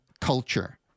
culture